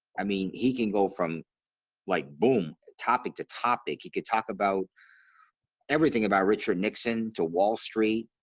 i mean he can go from like boom topic to topic he could talk about everything about richard nixon to wall street.